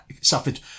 suffered